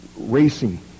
racing